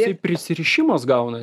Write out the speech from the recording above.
ir prisirišimas gauna